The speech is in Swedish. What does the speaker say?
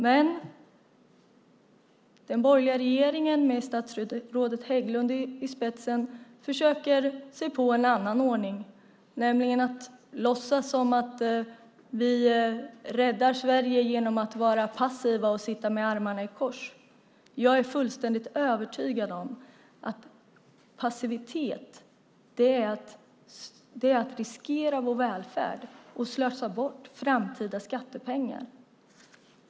Men den borgerliga regeringen med statsrådet Hägglund i spetsen försöker sig på en annan ordning, nämligen att låtsas som om vi räddar Sverige genom att vara passiva och sitta med armarna i kors. Jag är fullständigt övertygad om att passivitet innebär att riskera vår välfärd och slösa bort framtida skattepengar.